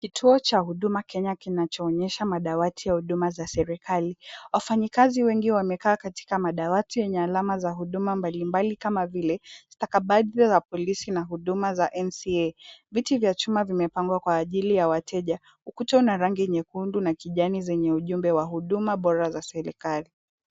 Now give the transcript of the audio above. Kituo cha Huduma Kenya kinachoonyesha madawati ya huduma za serikali. Wafanyikazi wengi wamekaa katika madawati yenye alama za huduma mbalimbali kama vile stakabadhi za polisi na huduma za NCA. Viti vya chuma vimepangwa kwa ajili ya wateja. Ukuta una rangi nyekundu na kijani zenye ujumbe wa huduma bora za serikali.